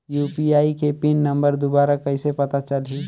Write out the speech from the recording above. UPI के pin number दुबारा कइसे पता चलही?